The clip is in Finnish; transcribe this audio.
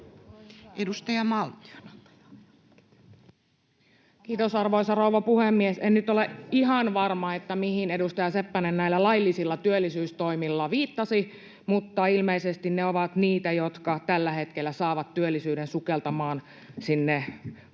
Kiitos, arvoisa rouva puhemies! En nyt ole ihan varma, mihin edustaja Seppänen näillä laillisilla työllisyystoimilla viittasi, mutta ilmeisesti ne ovat niitä, jotka tällä hetkellä saavat työllisyyden sukeltamaan varmaankin